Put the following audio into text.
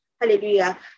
Hallelujah